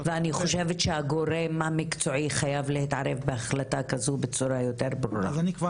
אבל הכוונה היתה באמת כמה שיותר להגן,